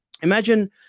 Imagine